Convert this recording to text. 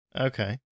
Okay